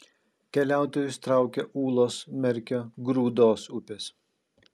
keliautojus traukia ūlos merkio grūdos upės